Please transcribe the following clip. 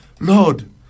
Lord